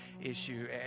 issue